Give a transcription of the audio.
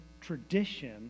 tradition